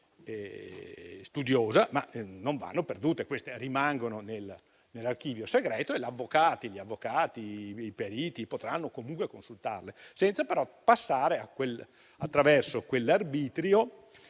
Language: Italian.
studiosa, ma esse non vanno perdute, poiché rimangono nell'archivio segreto e gli avvocati e i periti potranno comunque consultarle, senza però passare attraverso quell'arbitrio